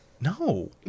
No